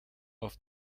auf